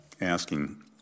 asking